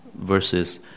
versus